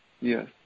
yes